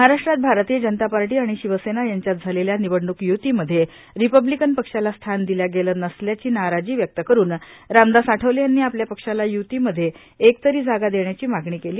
महाराष्ट्रात भारतीय जनता पार्टी आणि षिवसेना यांच्यात झालेल्या निवडणूक य्तीमध्ये रिपब्लीकन पक्षाला स्थान दिल्या गेलं नसल्याची नाराजी व्यक्त करून रामदास आठवले यांनी आपल्या पक्षाला य्तीमध्ये एक तरी जागा देण्याची मागणी केली